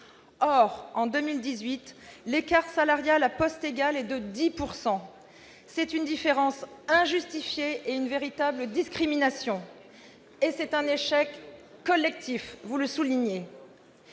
Or, en 2018, l'écart salarial à poste égal est de 10 %. C'est une différence injustifiée et une véritable discrimination. Et c'est un échec collectif, vous venez